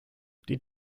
die